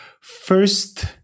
first